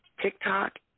TikTok